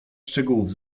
szczegółów